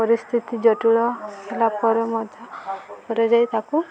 ପରିସ୍ଥିତି ଜଟିଳ ହେଲା ପରେ କରାଯାଇ ତାକୁ